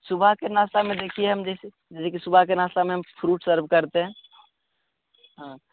सुबह के नाश्ते में देखिए हम जैसे सुबह के नाश्ते में हम फ़्रूट सर्व करते हैं हाँ